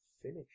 finish